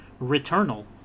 Returnal